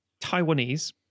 Taiwanese